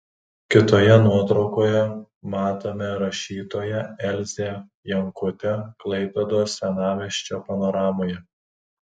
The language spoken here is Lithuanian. kitoje nuotraukoje matome rašytoją elzę jankutę klaipėdos senamiesčio panoramoje